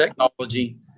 technology